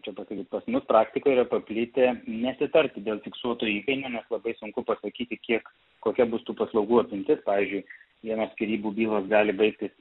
čia tokia kaip pas praktika yra paplitę nesitarti dėl fiksuoto įkainio nes labai sunku pasakyti kiek kokia bus tų paslaugų apimtis pavyzdžiui vienos skyrybų bylos gali baigtis